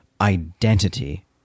identity